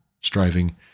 striving